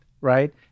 right